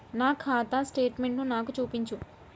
నా ఖాతా స్టేట్మెంట్ను నాకు చూపించు